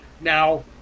Now